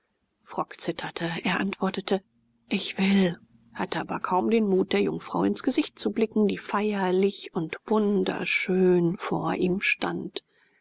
frock zitterte er antwortete ich will hatte aber kaum den mut der jungfrau ins auge zu blicken die feierlich und wunderschön vor ihm stand